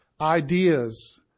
ideas